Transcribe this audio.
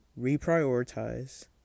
reprioritize